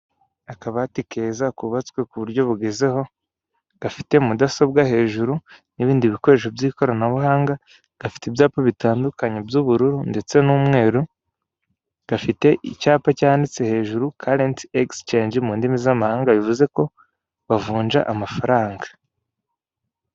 Akabati keza kubatswe ku buryo bugezeho gafite mudasobwa hejuru, n'ibindi bikoresho by'ikoranabuhanga gafite ibyapa bitandukanye by'ubururu, ndetse n'umweru gafite icyapa cyanditse hejuru karenti egisicangi mu ndimi z'amahanga bivuze ko bavunja amafaranga.